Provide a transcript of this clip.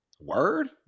Word